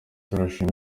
turashima